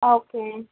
okay